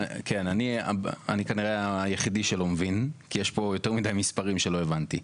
אני כנראה היחידי שלא מבין כי יש פה יותר מידי מספרים שלא הבנתי.